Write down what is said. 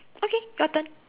okay your turn